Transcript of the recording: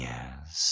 Yes